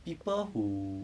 people who